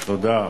תודה.